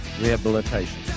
rehabilitation